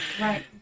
Right